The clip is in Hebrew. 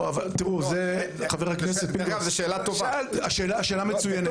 זו שאלה מצוינת.